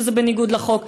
שזה בניגוד לחוק,